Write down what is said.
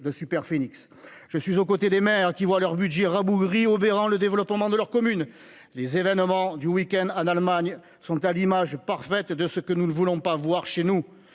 de Superphénix. Je suis aux côtés des maires qui voient leur budget rabougri, obérant le développement de leur commune. Les événements du dernier week-end en Allemagne sont l'image parfaite de ce que nous ne voulons pas voir chez nous